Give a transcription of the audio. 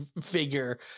figure